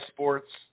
Sports